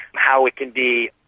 how it can be,